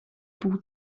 pół